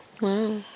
Wow